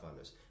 funders